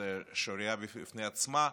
שזו שערורייה בפני עצמה,